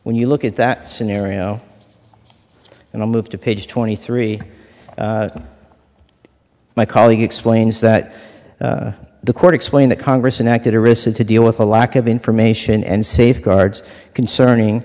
when you look at that scenario and i move to page twenty three my colleague explains that the court explain that congress and acted arista to deal with a lack of information and safeguards concerning